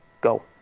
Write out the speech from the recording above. Go